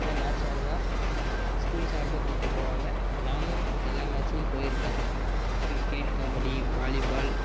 எதா மேட்ச் நடந்தா ஸ்கூல் சார்பாக கூப்பிட்டு போவாங்க நானும் எல்லா மேட்ச்லும் போயிருக்கேன் கிரிக்கெட் கபடி வாலிபால்